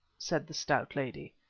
said the stout lady.